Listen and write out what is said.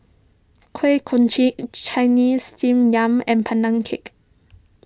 Kuih Kochi Chinese Steamed Yam and Pandan Cake